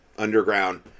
underground